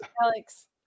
Alex